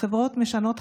שינקתי משורשיי